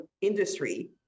industry